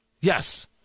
Yes